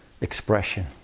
expression